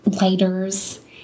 lighters